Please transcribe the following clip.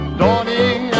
dawning